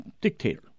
dictator